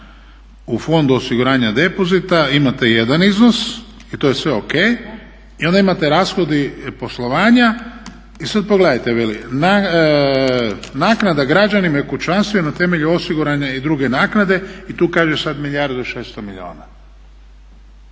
u fondu osiguranja depozita imate jedan iznos i to je sve ok i onda imate rashodi poslovanja i sad pogledate veli, naknada građanima i kućanstvima na temelju osigurane i druge naknade i tu kaže sad 1 milijardu i 600 milijuna.